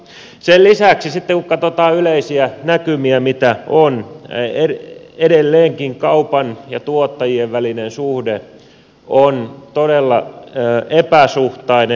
sen lisäksi sitten kun katsotaan mitä yleisiä näkymiä on edelleenkin kaupan ja tuottajien välinen suhde on todella epäsuhtainen